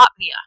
Latvia